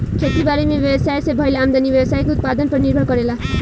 खेती बारी में व्यवसाय से भईल आमदनी व्यवसाय के उत्पादन पर निर्भर करेला